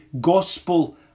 gospel